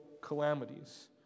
calamities